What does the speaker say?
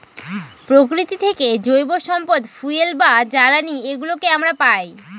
প্রকৃতি থেকে জৈব সম্পদ ফুয়েল বা জ্বালানি এগুলো আমরা পায়